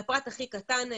הכול, מהפרט הכי קטן,